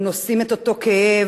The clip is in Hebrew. הם נושאים את אותו כאב,